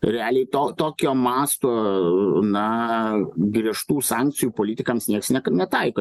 realiai to tokio masto na griežtų sankcijų politikams nieks ne netaiko